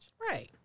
Right